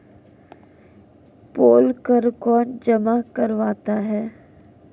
पोल कर कौन जमा करवाता है?